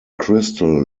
crystal